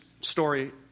story